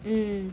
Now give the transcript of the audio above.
mm